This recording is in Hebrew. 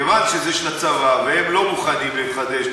כיוון שזה של הצבא והם לא מוכנים לחדש,